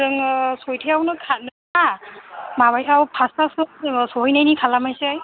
जोङो सयथायावनो खारनोना माबायाव फासथासोयाव सौहैनायनि खालामनोसै